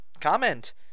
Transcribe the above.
Comment